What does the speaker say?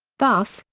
thus,